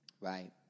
Right